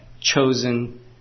chosen